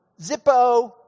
Zippo